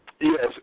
Yes